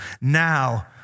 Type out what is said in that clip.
Now